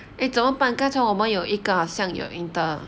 eh 怎么办刚才我们有一个好像有 inter~